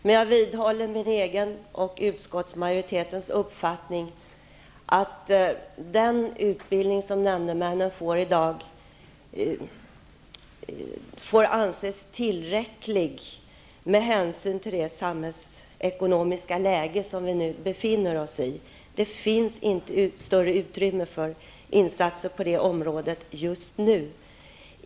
Men jag vidhåller min egen och utskottsmajoritetens uppfattning att nämndemännens utbildning får anses tillräcklig med hänsyn till det samhällsekonomiska läge som vi nu befinner oss i. Det finns inte större utrymme för insatser på det området just nu.